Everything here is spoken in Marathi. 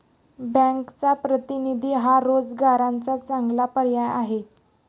बँकचा प्रतिनिधी हा रोजगाराचा चांगला पर्याय आहे